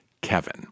Kevin